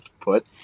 put